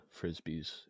frisbees